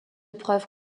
preuves